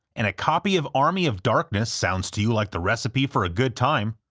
and a copy of army of darkness sounds to you like the recipe for a good time,